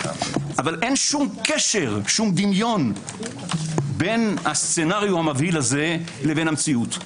אבל אין קשר או דמיון בין הסנריו המבהיל הזה למציאות.